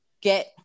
get